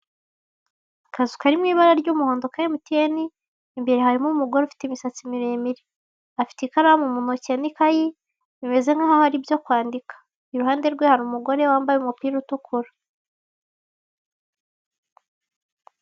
Akazu kari mu ibara ry'umuhondo ka emutiyeni, imbere harimo umugore ufite imisatsi miremire. Afite ikaramu mu ntoki n'ikayi, bimeze nk'aho ari ibyo kwandika. Iruhande rwe hari umugore wambaye umupira utukura.